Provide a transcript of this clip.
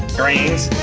greens,